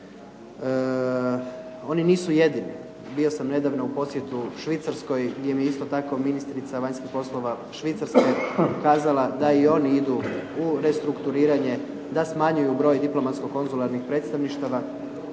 Oni nisu jedini. Bio sam nedavno u posjetu Švicarskoj, gdje mi je isto tako ministrica vanjskih poslova Švicarske kazala da i oni idu u restrukturiranje, da smanjuju broj diplomatsko-konzularnih predstavništva,